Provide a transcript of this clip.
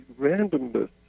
randomness